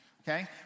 okay